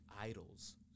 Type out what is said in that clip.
idols